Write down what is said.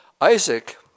Isaac